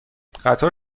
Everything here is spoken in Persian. قطار